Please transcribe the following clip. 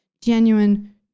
genuine